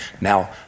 Now